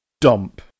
Dump